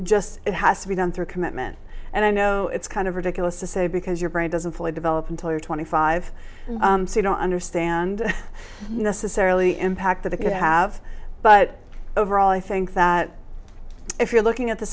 just it has to be done through a commitment and i know it's kind of ridiculous to say because your brain doesn't fully develop until you're twenty five understand necessarily impact that it could have but overall i think that if you're looking at the